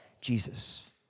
Jesus